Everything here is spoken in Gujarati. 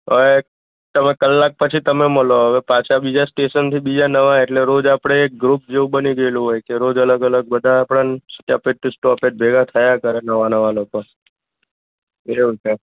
અહીં તમે કલાક પછી તમે મળો હવે પાછા બીજા સ્ટેશનથી બીજાં નવા એટલે રોજ આપણે એક ગ્રુપ જેવું બની ગયેલું હોય એટલે રોજ અલગ અલગ બધાં આપણને સ્ટેપ ટુ સ્ટોપેજ ભેગાં થયા કરે નવાં નવાં લોકો એવું છે